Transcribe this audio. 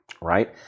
right